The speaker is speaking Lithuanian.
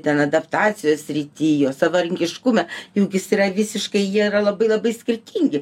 ten adaptacijos srity jo savarankiškume juk jis yra visiškai jie yra labai labai skirtingi